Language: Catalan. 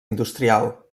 industrial